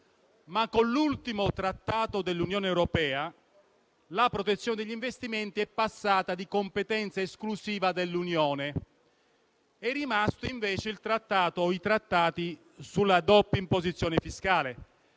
Con l'ultimo Trattato dell'Unione europea però la protezione degli investimenti è passata di competenza esclusiva dell'Unione. Sono rimasti invece i Trattati sulla doppia imposizione fiscale,